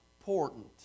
important